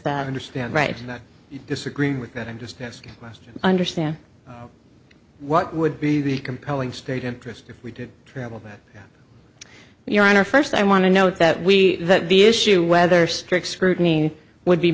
that understand right that you disagree with that i'm just asking questions understand what would be the compelling state interest if we did travel that your honor first i want to note that we that the issue whether strict scrutiny would be